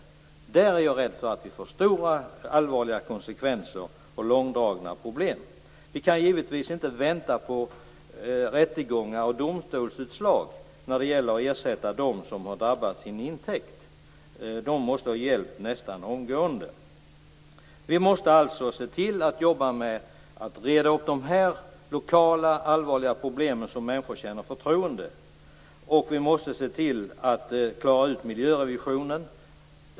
Jag är rädd för att vi i detta sammanhang får stora och allvarliga konsekvenser och långdragna problem. Vi kan givetvis inte vänta på rättegångar och domstolsutslag när det gäller att ersätta de människor som har drabbats genom utebliven intäkt. Dessa människor måste ha hjälp nästan omgående. Vi måste alltså se till att reda upp dessa lokala allvarliga problem så att människor kan känna förtroende. Vi måste också se till att klara ut miljörevisionen.